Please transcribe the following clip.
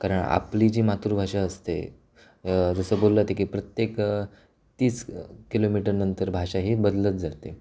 कारण आपली जी मातृभाषा असते जसं बोललं जातं की प्रत्येक तीस किलोमीटरनंतर भाषा ही बदलत जाते